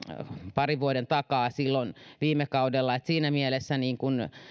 parin vuoden takaa silloin viime kaudella joten siinä mielessä